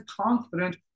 confident